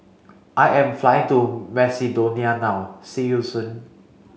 I am flying to Macedonia now see you soon